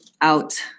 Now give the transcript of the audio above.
out